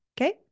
Okay